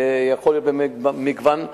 זה יכול להיות באמת במגוון האפשרויות,